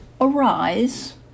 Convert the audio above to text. Arise